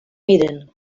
miren